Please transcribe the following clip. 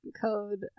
code